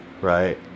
right